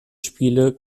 spiele